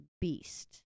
beast